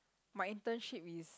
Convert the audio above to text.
my internship is